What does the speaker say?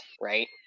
right